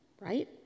right